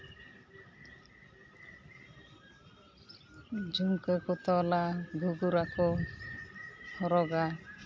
ᱡᱷᱩᱱᱠᱟᱹ ᱠᱚ ᱛᱚᱞᱟ ᱜᱷᱩᱜᱩᱨᱟ ᱠᱚ ᱦᱚᱨᱚᱜᱟ